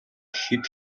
хэд